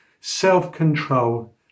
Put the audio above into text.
self-control